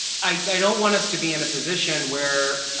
i don't want us to be in a position where,